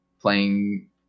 playing